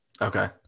Okay